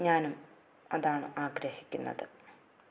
ഞാനും അതാണ് ആഗ്രഹിക്കുന്നത്